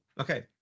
Okay